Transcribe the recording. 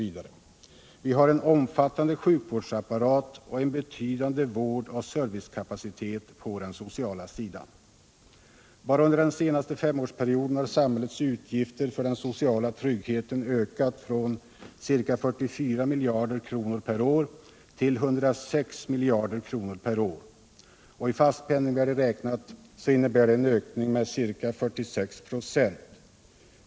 Vidare har vi en omfattande sjukvårdsapparat och en betydande vårdoch servicekapacitet på den sociala sidan. Enbart under den senaste femårsperioden har samhällets utgifter för den sociala tryggheten ökat från ca 44 miljarder kronor per år till 106 miljarder kronor per år. I fast penningvärde räknat innebär detta en ökning med ca 46 946.